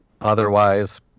Otherwise